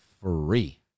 free